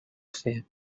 fer